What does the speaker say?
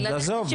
אז עזוב,